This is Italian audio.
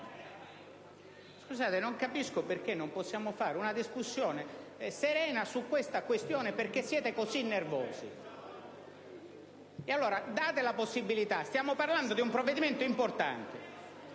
Non capisco perché non possiamo fare una discussione serena su tale questione e perché siete così nervosi! Dateci la possibilità di discutere: stiamo parlando di un provvedimento importante!